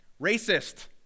Racist